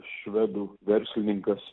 švedų verslininkas